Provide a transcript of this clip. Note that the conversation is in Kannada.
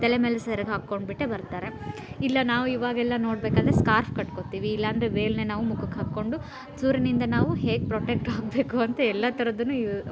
ತಲೆ ಮೇಲೆ ಸೆರಗು ಹಾಕೊಂಡು ಬಿಟ್ಟೆ ಬರ್ತಾರೆ ಇಲ್ಲ ನಾವು ಇವಾಗೆಲ್ಲ ನೋಡಬೇಕಾದ್ರೆ ಸ್ಕಾರ್ಫ್ ಕಟ್ಕೋತಿವಿ ಇಲ್ಲಾಂದರೆ ವೇಲನ್ನ ನಾವು ಮುಖಕ್ಕೆ ಹಾಕೊಂಡು ಸೂರ್ಯನಿಂದ ನಾವು ಹೇಗೆ ಪ್ರೊಟೆಕ್ಟ್ ಆಗಬೇಕು ಅಂತ ಎಲ್ಲ ಥರದ್ದನ್ನು ಯೂ